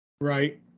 Right